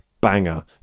banger